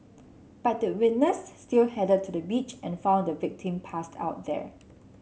but the witness still headed to the beach and found the victim passed out there